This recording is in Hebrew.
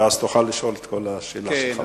ואז תוכל לשאול את השאלה שלך.